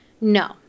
No